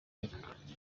mupira